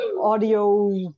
audio